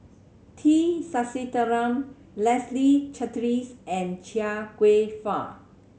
T Sasitharan Leslie Charteris and Chia Kwek Fah